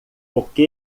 porque